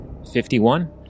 51